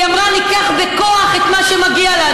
היא אמרה: ניקח בכוח מה שמגיע לנו.